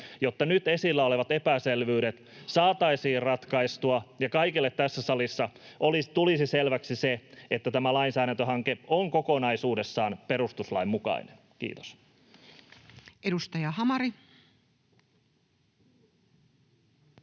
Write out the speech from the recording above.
jotta nyt esillä olevat epäselvyydet saataisiin ratkaistua ja kaikille tässä salissa tulisi selväksi se, että tämä lainsäädäntöhanke on kokonaisuudessaan perustuslain mukainen? — Kiitos.